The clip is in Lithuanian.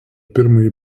pirmąjį